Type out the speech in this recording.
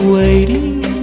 waiting